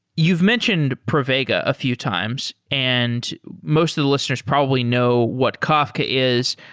you've mentioned pravega a few times and most of the listeners probably know what kafka is.